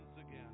again